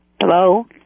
Hello